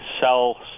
sell